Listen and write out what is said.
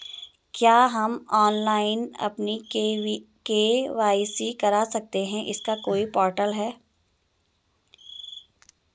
क्या हम ऑनलाइन अपनी के.वाई.सी करा सकते हैं इसका कोई पोर्टल है?